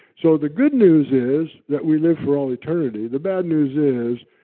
so the good news is that we live for all eternity, the bad news is,